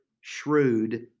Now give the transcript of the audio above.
shrewd